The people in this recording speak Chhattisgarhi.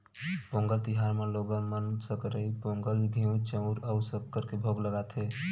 पोंगल तिहार म लोगन मन सकरई पोंगल, घींव, चउर अउ सक्कर के भोग लगाथे